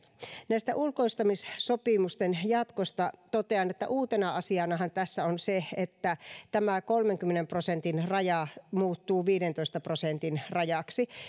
näiden ulkoistamissopimusten jatkosta totean että uutena asianahan tässä on se että tämä kolmenkymmenen prosentin raja muuttuu viidentoista prosentin rajaksi